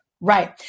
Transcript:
Right